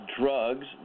drugs